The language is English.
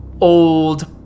old